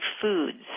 foods